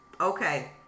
Okay